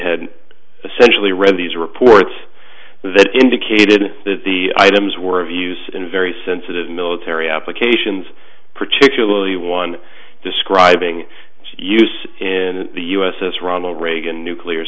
had essentially read these reports that indicated that the items were of use in very sensitive military applications particularly one describing use and the u s s ronald reagan nuclear